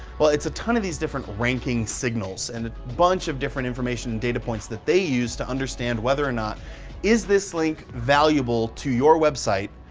well, it's a ton of these different ranking signals and a bunch different information and data points that they use to understand whether or not is this link valuable to your website,